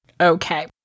Okay